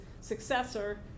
successor